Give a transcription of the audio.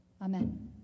Amen